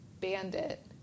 Bandit